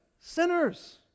sinners